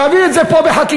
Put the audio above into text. תביא את זה פה בחקיקה,